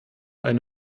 eine